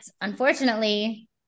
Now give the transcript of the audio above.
unfortunately